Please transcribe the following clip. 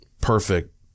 perfect